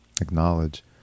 acknowledge